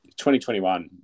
2021